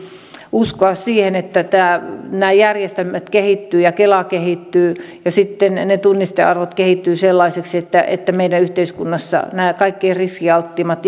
uskoa siihen että nämä järjestelmät kehittyvät ja kela kehittyy ja sitten ne ne tunnistearvot kehittyvät sellaisiksi että että meidän yhteiskunnassa nämä kaikkein riskialtteimmat